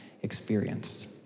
experienced